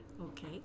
okay